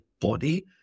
body